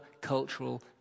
cultural